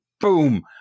boom